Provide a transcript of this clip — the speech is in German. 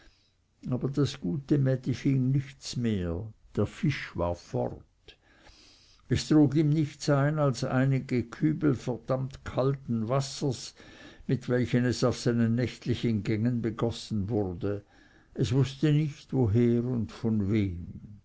aber das gute mädi fing nichts mehr der fisch war fort es trug ihm nichts ein als einige kübel verdammt kalten wassers mit welchen es auf seinen nächtlichen gängen begossen wurde es wußte nicht woher und von wem